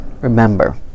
Remember